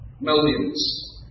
millions